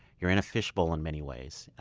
you're in a fishbowl in many ways.